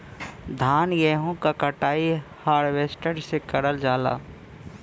धान गेहूं क कटाई हारवेस्टर से करल जाला